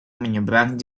menyeberang